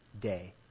day